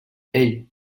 ell